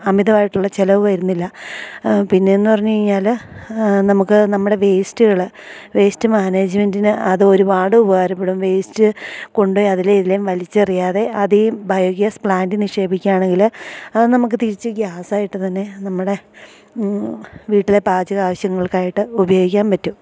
അമിതമായിട്ടുള്ള ചിലവ് വരുന്നില്ല പിന്നേന്ന് പറഞ്ഞ് കഴിഞ്ഞാൽ നമുക്ക് നമ്മുടെ വേസ്റ്റ്കൾ വേസ്റ്റ് മാനേജ്മെൻറ്റിന് അതൊരുപാട് ഉപകാരപ്പെടും വേസ്റ്റ് കൊണ്ട് പോയി അതിലേമിതിലേം വലിച്ചറിയാതെ അതീ ബയോഗ്യാസ് പ്ലാൻറ്റിൽ നിക്ഷേപിക്കുക ആണെങ്കിൽ അത് നമുക്ക് തിരിച്ച് ഗ്യാസായിട്ട് തന്നെ നമ്മുടെ വീട്ടിലെ പാചക ആവശ്യങ്ങൾക്കായിട്ട് ഉപയോഗിക്കാൻ പറ്റും